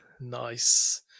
Nice